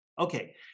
Okay